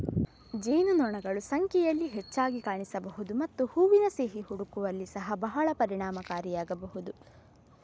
ಜೇನುನೊಣಗಳು ಸಂಖ್ಯೆಯಲ್ಲಿ ಹೆಚ್ಚಾಗಿ ಕಾಣಿಸಬಹುದು ಮತ್ತು ಹೂವಿನ ಸಿಹಿ ಹುಡುಕುವಲ್ಲಿ ಸಹ ಬಹಳ ಪರಿಣಾಮಕಾರಿಯಾಗಬಹುದು